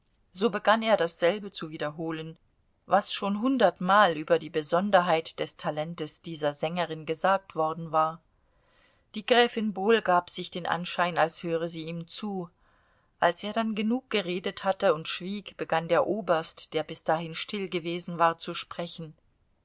so begann er dasselbe zu wiederholen was schon hundertmal über die besonderheit des talentes dieser sängerin gesagt worden war die gräfin bohl gab sich den anschein als höre sie ihm zu als er dann genug geredet hatte und schwieg begann der oberst der bis dahin still gewesen war zu sprechen